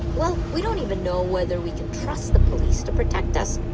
well, we don't even know whether we can trust the police to protect us.